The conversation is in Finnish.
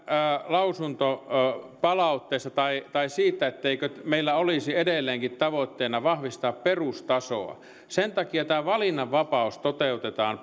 lausuntopalautteesta ja siitä etteikö meillä olisi edelleenkin tavoitteena vahvistaa perustasoa sen takia tämä valinnanvapaus toteutetaan